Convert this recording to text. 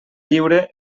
lliure